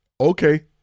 Okay